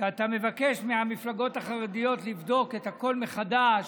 שאתה מבקש מהמפלגות החרדיות לבדוק את הכול מחדש,